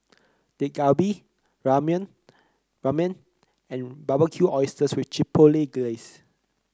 Dak Galbi Ramen Ramen and Barbecued Oysters with Chipotle Glaze